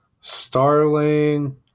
Starling